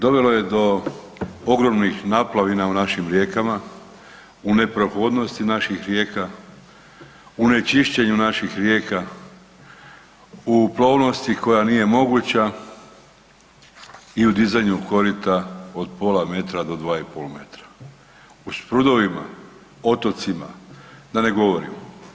Dovelo je do ogromnih naplavina u našim rijekama, u neprohodnosti naših rijeka, u ne čišćenju naših rijeka, u plovnosti koja nije moguća i u dizanju korita od pola metra do 2,5 m. O sprudovima, otocima, da ne govorim.